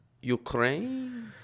Ukraine